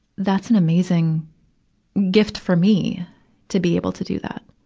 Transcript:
that's an amazing gift for me to be able to do that.